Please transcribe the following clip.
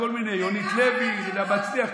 יש שם כל מיני, יונית לוי, רינה מצליח.